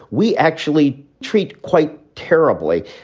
we actually treat quite terribly.